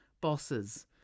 bosses